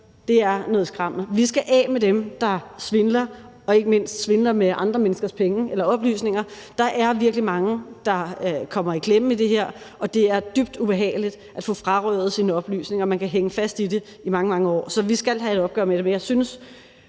er noget skrammel. Vi skal af med dem, der svindler og ikke mindst svindler med andre menneskers penge eller oplysninger. Der er virkelig mange, der kommer i klemme i det her, og det er dybt ubehageligt at få frarøvet sine oplysninger. Man kan hænge fast i det i mange, mange år. Så vi skal have et opgør med det, men jeg synes